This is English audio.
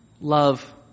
love